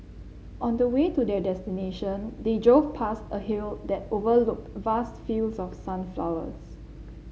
on the way to their destination they drove past a hill that overlooked vast fields of sunflowers